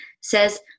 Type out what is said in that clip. says